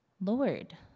Lord